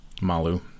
Malu